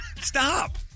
stop